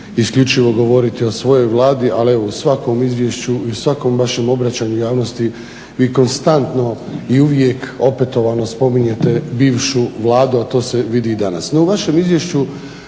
isključivo govoriti o svojoj Vladi, ali evo u svakom izvješću i svakom vašem obraćanju javnosti vi konstantno i uvijek opetovano spominjete bivšu vladu, a to se vidi i danas.